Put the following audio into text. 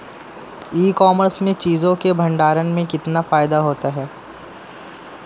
ई commerce में चीज़ों के भंडारण में कितना फायदा होता है?